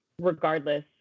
regardless